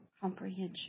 comprehension